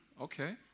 okay